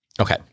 Okay